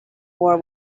war